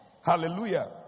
Hallelujah